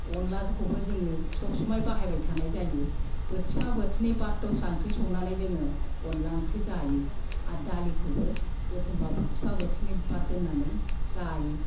अनलाखौबो जोङो सब समाय बाहायबाय थानाय जायो बोथिफा बोथिनै बाद दस्रा ओंख्रि संनानै जोङो अनला ओंख्रि जायो आरो दालिखौबो एखनबा बोथिफा बोथिनै बाद दोन्नानै जायो